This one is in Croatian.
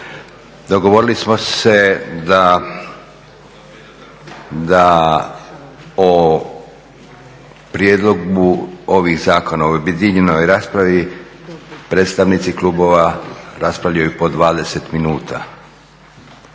Dogovorili smo se da o prijedlogu ovih zakona, objedinjenoj raspravi predstavnici klubova raspravljaju po 20 minuta.